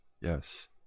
Yes